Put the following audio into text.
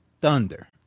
thunder